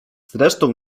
zresztą